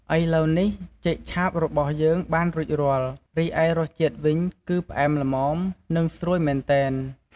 ឥឡូវនេះ ចេកឆាបរបស់យើងបានរួចរាល់ រីឯរសជាតិវិញ គឺផ្អែមល្មម និងស្រួយមែនទែន។